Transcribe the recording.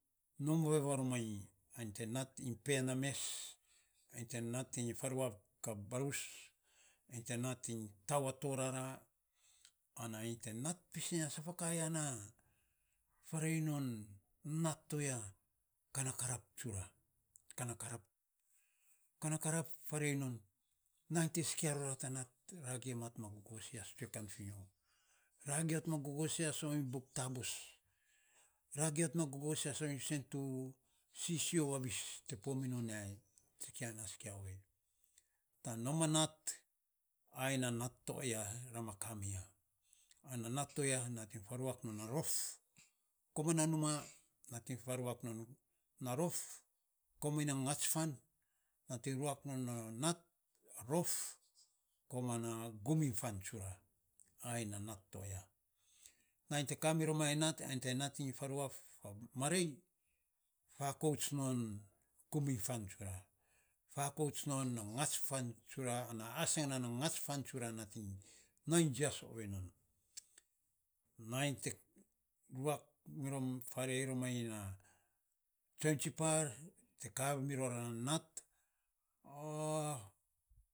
Nom ovei varom mainy ainy te nat iny pe na mes ainy te nat iny faruaf a balus ainy te nat iny tau a torara ainy te nat pis a safa ka na ya, farei non nat to ya ka na karap tsura, ka na karap farei non nainy te sikia roar ta nat ragim ror ma natiny gogo sias buk taabos ra gim ror ma natiny gogosias se tu sisio vavis te po mi non ya ei sikia ana sikia ovei tan nom a nat ai na nat to aya rama kami ya ana nat to aya nating faruak non a rof koman na numa nating faruak non a rof koman na gats fan nating ruak non a nat, rof koman na gum iny fan tsura ai na nat to aya nainy te kami roma iny na nat ainy te faruaf a marei fakouts non gum iny fan tsura fakouts non gats fan ana asagan na gats fan tsura nating nainy tsias ovei non, nainy te ruak farei rom a tsoiny tsipar nainy te kame ro ma iny na nat.